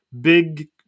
big